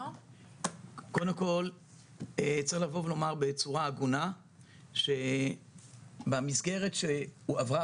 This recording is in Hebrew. קודם כל צריך לבוא ולומר בצורה הגונה שבמסגרת שהועברה